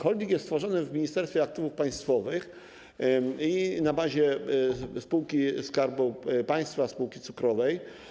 Holding jest tworzony w Ministerstwie Aktywów Państwowych i na bazie spółki Skarbu Państwa, spółki cukrowej.